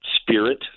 Spirit